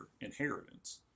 inheritance